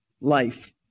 life